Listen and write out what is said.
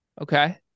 Okay